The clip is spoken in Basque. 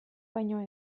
baino